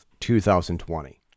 2020